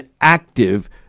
active